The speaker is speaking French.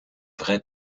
vraie